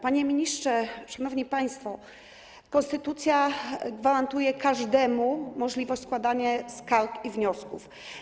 Panie ministrze, szanowni państwo, konstytucja gwarantuje każdemu możliwość składania skarg i wniosków.